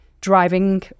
driving